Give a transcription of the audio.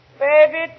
baby